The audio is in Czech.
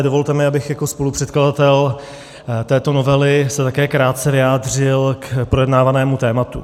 Dovolte mi, abych jako spolupředkladatel této novely se také krátce vyjádřil k projednávanému tématu.